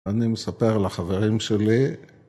אני מספר לחברים שלי...